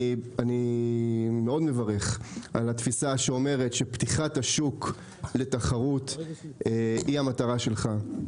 אני מאוד מברך על התפיסה שאומרת שפתיחת השוק לתחרות היא המטרה שלך.